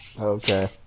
okay